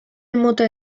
mota